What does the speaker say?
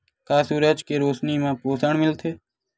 का सूरज के रोशनी म पोषण मिलथे?